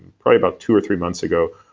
probably about two or three months ago,